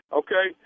okay